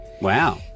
Wow